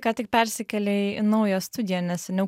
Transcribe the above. ką tik persikėlei į naują studiją nes seniau